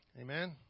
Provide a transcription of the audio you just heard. Amen